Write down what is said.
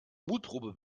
mutprobe